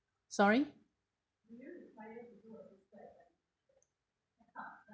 sorry